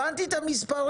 אני הבנתי את המספרים,